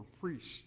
priests